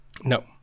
No